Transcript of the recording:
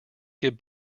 give